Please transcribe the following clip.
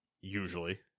Usually